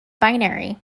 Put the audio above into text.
binary